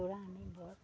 ধৰা আমি ব